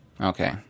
Okay